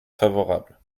favorable